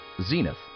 Zenith